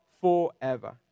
forever